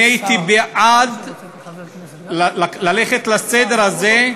אני הייתי בעד ללכת לסדר הזה,